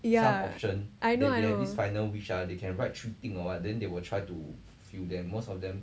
yeah I know I know